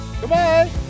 Goodbye